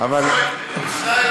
הדבר הכי קשה זה להשיג הסכמה מבית.